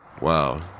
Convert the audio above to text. wow